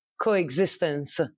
coexistence